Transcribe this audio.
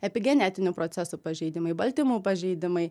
epigenetinių procesų pažeidimai baltymų pažeidimai